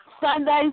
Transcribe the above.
Sundays